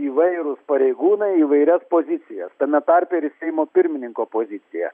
įvairūs pareigūnai į įvairias pozicijas tame tarpe ir į seimo pirmininko poziciją